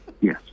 Yes